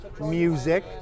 music